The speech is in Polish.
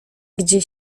gdzie